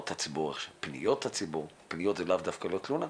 פניות זה לאו דווקא תלונה.